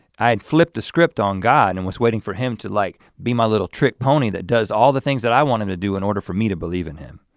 i had flipped the script on god and was waiting for him to like be my little trick pony that does all the things that i want him to do in order for me to believe in him.